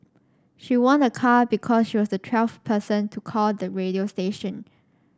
she won a car because she was the twelfth person to call the radio station